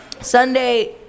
Sunday